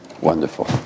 wonderful